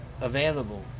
available